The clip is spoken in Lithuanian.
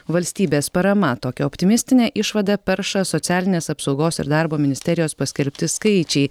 valstybės parama tokią optimistinę išvadą perša socialinės apsaugos ir darbo ministerijos paskelbti skaičiai